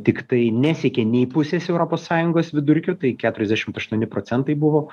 tiktai nesiekė nei pusės europos sąjungos vidurkio tai keturiasdešim aštuoni procentai buvo